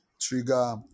trigger